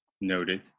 Noted